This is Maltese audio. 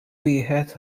wieħed